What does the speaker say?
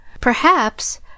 Perhaps